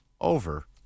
over